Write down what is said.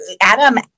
Adam